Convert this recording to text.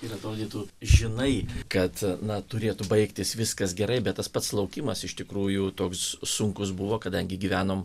ir atrodytų žinai kad na turėtų baigtis viskas gerai bet tas pats laukimas iš tikrųjų toks sunkus buvo kadangi gyvenom